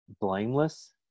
blameless